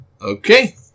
Okay